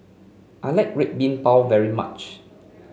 I like Red Bean Bao very much